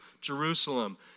Jerusalem